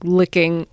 licking